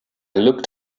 looked